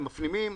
הם מפנימים,